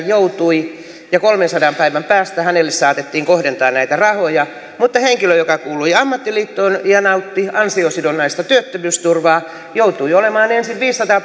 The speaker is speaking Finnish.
joutui työmarkkinatuelle ja kolmensadan päivän päästä hänelle saatettiin kohdentaa näitä rahoja mutta henkilö joka kuului ammattiliittoon ja nautti ansiosidonnaista työttömyysturvaa joutui olemaan ensin viisisataa